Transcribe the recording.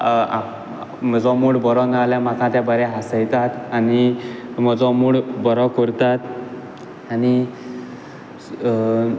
म्हजो मूड बरो ना जाल्यार म्हाका ते बरे हांसयतात आनी म्हजो मूड बरो करतात आनी